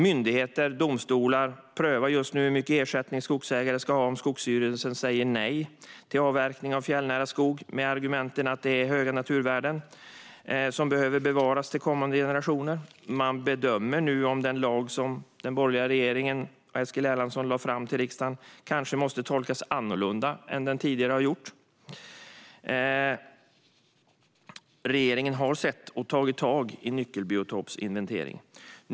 Myndigheter och domstolar prövar just nu hur mycket ersättning skogsägare ska ha om Skogsstyrelsen säger nej till avverkning av fjällnära skog med argumentet att den har höga naturvärden som behöver bevaras till kommande generationer. Man bedömer nu om den lag som den borgerliga regeringen och Eskil Erlandsson lade fram förslag om till riksdagen kanske måste tolkas annorlunda än vad som tidigare har gjorts. Regeringen har sett och tagit tag i nyckelbiotopsinventeringen.